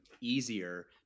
easier